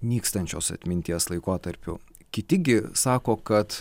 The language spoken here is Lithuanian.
nykstančios atminties laikotarpiu kiti gi sako kad